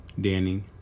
Danny